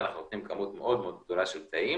ואנחנו נותנים כמות מאוד גדולה של תאים,